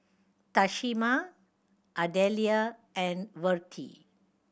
Tamisha Ardelia and Vertie